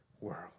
world